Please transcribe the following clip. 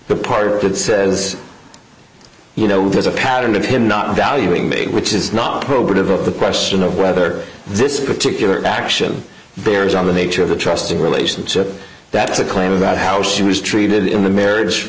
the part that says you know there's a pattern of him not valuing me which is not probative of the question of whether this particular action bears on the nature of the trusting relationship that is a claim about how she was treated in the marriage